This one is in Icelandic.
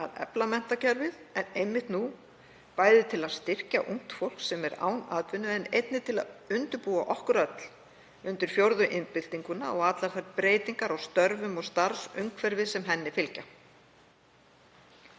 efla menntakerfið en einmitt nú, bæði til að styrkja ungt fólk sem er án atvinnu, en einnig til að búa okkur öll undir fjórðu iðnbyltinguna og allar þær breytingar á störfum og starfsumhverfi sem henni fylgja.